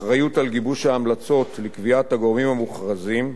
אחריות על גיבוש ההמלצות לקביעת הגורמים המוכרזים,